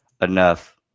enough